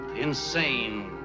insane